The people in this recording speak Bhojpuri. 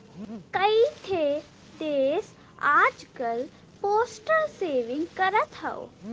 कई ठे देस आजकल पोस्टल सेविंग करत हौ